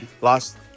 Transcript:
lost